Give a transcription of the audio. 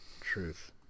Truth